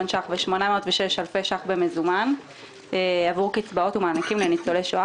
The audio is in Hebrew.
39,806 אלפי שקלים במזומן עבור קצבאות ומענקים לניצולי שואה